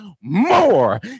more